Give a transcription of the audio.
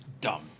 dumb